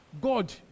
God